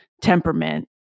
temperament